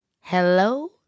hello